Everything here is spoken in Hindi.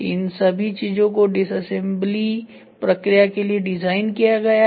इन सभी चीजों को डिसअसेंबली प्रक्रिया के लिए डिज़ाइन किया गया है